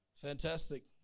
Fantastic